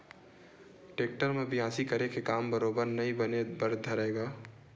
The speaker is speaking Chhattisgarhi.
टेक्टर म बियासी करे के काम बरोबर नइ बने बर धरय गा